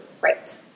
Right